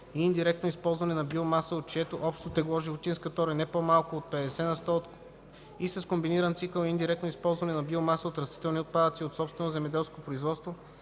и индиректно използване на биомаса, от чието общо тегло животинският тор е не по-малко от 50 на сто и с комбиниран цикъл и индиректно използване на биомаса от растителни отпадъци от собствено земеделско производство,